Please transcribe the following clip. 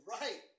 right